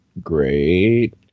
great